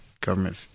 government